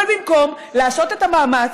אבל במקום לעשות את המאמץ,